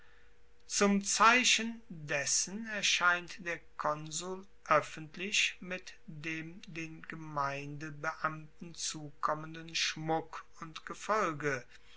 zum zeichen dessen erscheint der konsul oeffentlich mit dem den gemeindebeamten zukommenden schmuck und gefolge